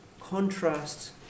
contrasts